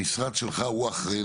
המשרד שלך הוא האחראי,